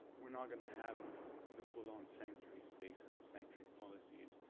we're not gonna have the full on sanctuary space and the sanctuary policies,